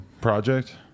project